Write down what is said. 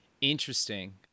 Interesting